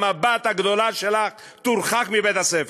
גם הבת הגדולה שלך תורחק מבית-הספר.